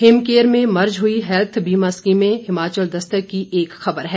him care में merge हुई health बीमा स्कीमें हिमाचल दस्तक की एक खबर है